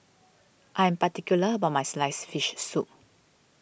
I am particular about my Sliced Fish Soup